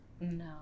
No